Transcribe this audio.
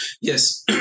Yes